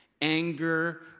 anger